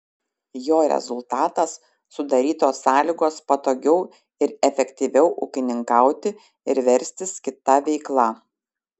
jo rezultatas sudarytos sąlygos patogiau ir efektyviau ūkininkauti ir verstis kita veikla